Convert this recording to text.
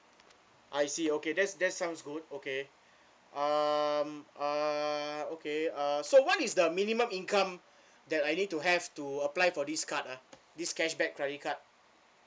I see okay that's that sounds good okay um uh okay uh so what is the minimum income that I need to have to apply for this card ah this cashback credit card